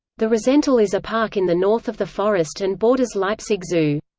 the rosental is a park in the north of the forest and borders leipzig zoo.